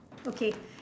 okay